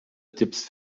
tipps